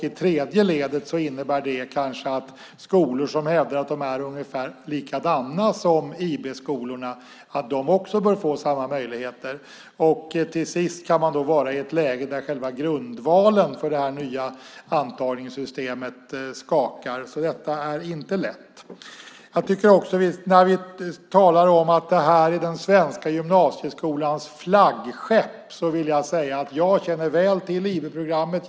I tredje ledet innebär det att skolor som hävdar att de är likadana som IB-skolorna bör få samma möjligheter. Till sist kan själva grundvalen för det nya antagningssystemet skaka. Detta är inte lätt. När vi talar om att det här är den svenska gymnasieskolans flaggskepp vill jag säga att jag känner väl till IB-programmet.